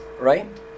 right